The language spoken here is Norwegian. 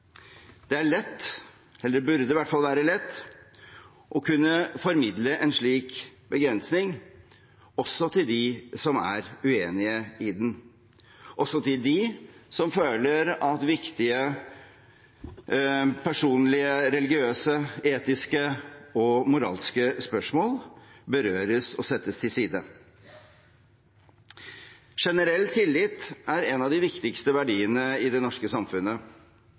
Det er lett, eller burde i hvert fall være lett, å kunne formidle en slik begrensning, også til dem som er uenig i den, og til dem som føler at viktige personlige, religiøse, etiske og moralske spørsmål berøres og settes til side. Generell tillit er en av de viktigste verdiene i det norske samfunnet.